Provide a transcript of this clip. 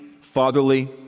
fatherly